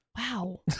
wow